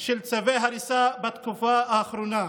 של צווי הריסה בתקופה האחרונה.